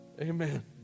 Amen